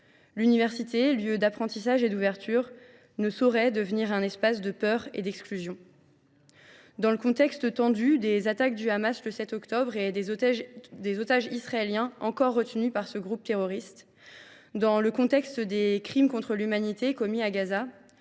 L’université, lieu d’apprentissage et d’ouverture, ne saurait devenir un espace de peur et d’exclusion. Dans le contexte tendu des attaques du Hamas du 7 octobre 2023, des otages israéliens encore retenus par ce groupe terroriste, des crimes contre l’humanité commis à Gaza,